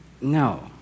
No